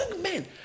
men